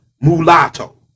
mulatto